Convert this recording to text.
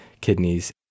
kidneys